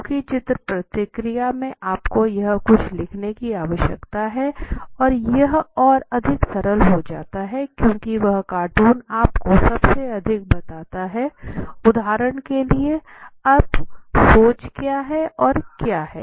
क्योंकि चित्र प्रतिक्रिया में आपको यहाँ कुछ लिखने की आवश्यकता है यह और अधिक सरल हो जाता है क्योंकि वह कार्टून आपको सबसे अधिक बताता है उदाहरण के लिए अब सोच क्या है या क्या है